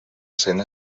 cent